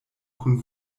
kun